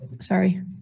Sorry